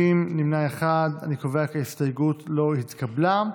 ההסתייגות (2)